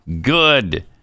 good